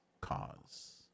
cause